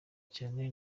cyane